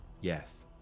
yes